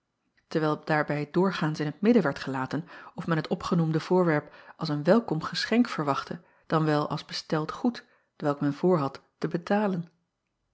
terwijl daarbij doorgaans in het midden werd gelaten of men het opgenoemde voorwerp als een welkom geschenk verwachtte dan wel als besteld goed t welk men voorhad te betalen